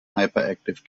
hyperactive